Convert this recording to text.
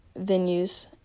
venues